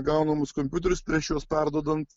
gaunamus kompiuterius prieš juos perduodant